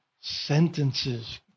sentences